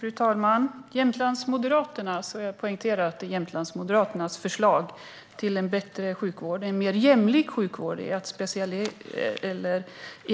Fru talman! Jämtlandsmoderaternas - och jag poängterar att det är Jämtlandsmoderaternas - förslag till en bättre och mer jämlik sjukvård är